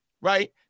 right